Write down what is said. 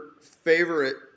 favorite